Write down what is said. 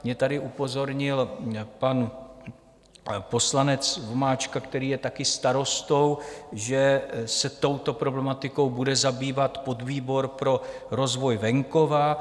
Mě tady upozornil pan poslanec Vomáčka, který je také starostou, že se touto problematikou bude zabývat podvýbor pro rozvoj venkova.